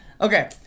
Okay